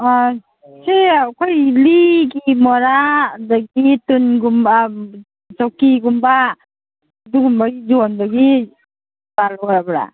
ꯑꯥ ꯁꯤ ꯑꯩꯈꯣꯏ ꯂꯤꯒꯤ ꯃꯣꯔꯥ ꯑꯗꯒꯤ ꯇꯨꯜꯒꯨꯝꯕ ꯆꯧꯀ꯭ꯔꯤꯒꯨꯝꯕ ꯑꯗꯨꯒꯨꯝꯕ ꯌꯣꯟꯕꯒꯤ ꯗꯨꯀꯥꯟ ꯑꯣꯏꯔꯕ꯭ꯔꯥ